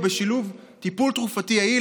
ובשילוב טיפול תרופתי יעיל,